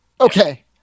okay